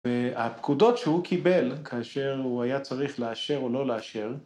והפקודות שהוא קיבל כאשר הוא היה צריך לאשר או לא לאשר